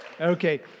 Okay